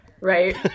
Right